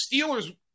Steelers